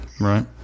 Right